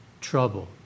trouble